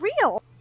real